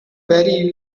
very